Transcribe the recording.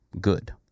good